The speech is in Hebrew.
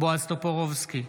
בועז טופורובסקי,